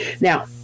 Now